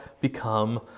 become